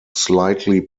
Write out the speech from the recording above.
slightly